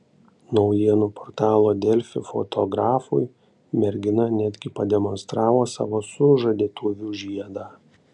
naujienų portalo delfi fotografui mergina netgi pademonstravo savo sužadėtuvių žiedą